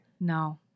No